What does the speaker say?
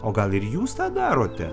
o gal ir jūs tą darote